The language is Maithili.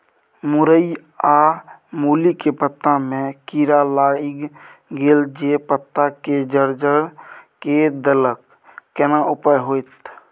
मूरई आ मूली के पत्ता में कीरा लाईग गेल जे पत्ता के जर्जर के देलक केना उपाय होतय?